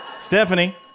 Stephanie